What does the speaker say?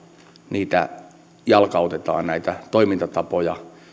niitä monistamalla jalkautetaan hyviä toimintatapoja